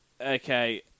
Okay